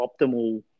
optimal